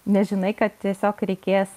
nes žinai kad tiesiog reikės